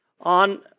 on